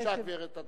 להירשם אפשר?